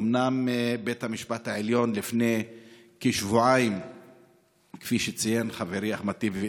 אומנם כפי שציין חברי אחמד טיבי,